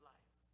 Life